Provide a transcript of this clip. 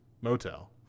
motel